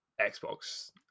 Xbox